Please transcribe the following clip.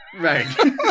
Right